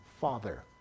Father